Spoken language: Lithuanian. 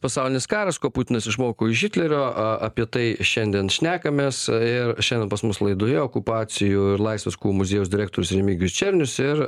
pasaulinis karas ko putinas išmoko iš hitlerio a apie tai šiandien šnekamės ir šiandien pas mus laidoje okupacijų ir laisvės kovų muziejaus direktorius remigijus černius ir